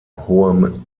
hohem